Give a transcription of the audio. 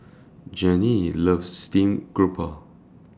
Jeanie loves Steamed Garoupa